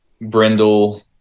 brindle